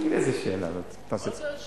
איזו שאלה, מה אתה עושה צחוק?